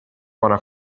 bona